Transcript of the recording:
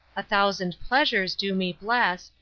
a thousand pleasures do me bless,